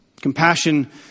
Compassion